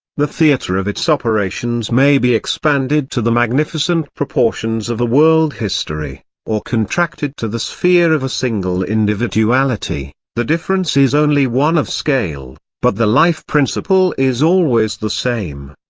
the theatre of its operations may be expanded to the magnificent proportions of a world-history, or contracted to the sphere of a single individuality the difference is only one of scale but the life-principle is always the same.